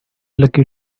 lucky